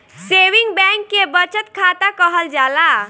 saving bank के बचत खाता कहल जाला